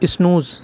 snooze